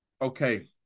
okay